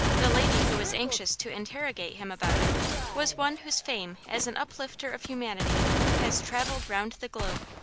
the lady who was anxious to interrogate him about it was one whose fame as an uplifter of humanity has travelled round the globe.